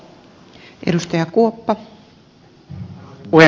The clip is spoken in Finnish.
arvoisa puhemies